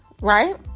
right